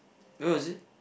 where was it